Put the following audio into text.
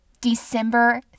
December